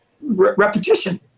repetition